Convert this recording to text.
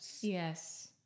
Yes